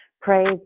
Praise